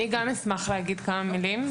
אני גם אשמח להגיד כמה מילים.